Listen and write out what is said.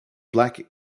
black